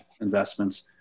investments